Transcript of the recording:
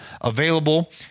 available